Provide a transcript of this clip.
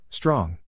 Strong